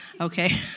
okay